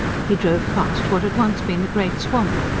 he drove past what had once been the great swamp.